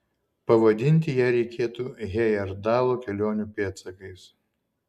pavadinti ją reikėtų hejerdalo kelionių pėdsakais